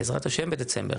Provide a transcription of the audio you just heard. בעזרת השם בדצמבר,